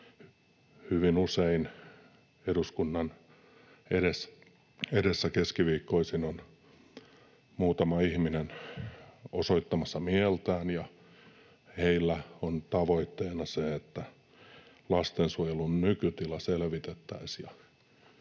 hyvin usein tuossa eduskunnan edessä keskiviikkoisin on muutama ihminen osoittamassa mieltään, tavoitteena se, että lastensuojelun nykytila selvitettäisiin.